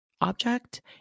object